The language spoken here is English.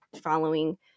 following